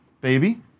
baby